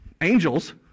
angels